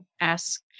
ask